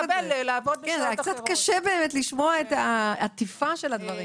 קצת קשה באמת לשמוע את העטיפה של הדברים.